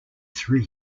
three